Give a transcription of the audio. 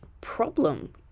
problem